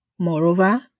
Moreover